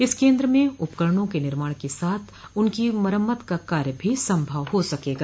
इस केन्द्र में उपकरणों के निर्माण के साथ उनकी मरम्मत का भी कार्य संभव हो सकेगा